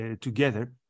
together